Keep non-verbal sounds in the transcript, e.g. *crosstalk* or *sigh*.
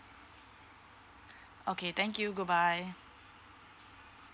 *breath* okay thank you goodbye